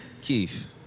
Keith